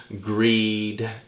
greed